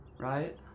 right